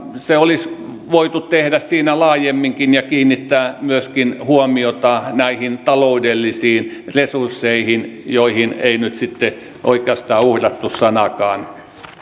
se olisi voitu tehdä siinä laajemminkin ja kiinnittää myöskin huomiota näihin taloudellisiin resursseihin joihin ei nyt sitten oikeastaan uhrattu sanaakaan